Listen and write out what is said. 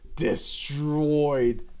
destroyed